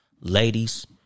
Ladies